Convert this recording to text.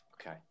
Okay